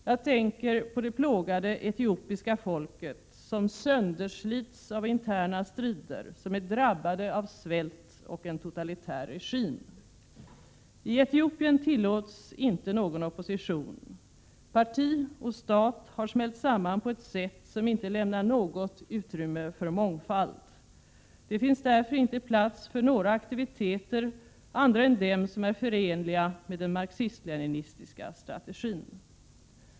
Jag tänker på det plågade etiopiska folket som sönderslits av interna strider och som drabbats av svält och en totalitär regim. I Etiopien tillåts inte någon opposition. Parti och stat har smält samman på ett sätt som inte lämnar något utrymme för mångfald. Det finns därför inte plats för några andra aktiviteter än dem som är förenliga med den marxist-leninistiska strategin.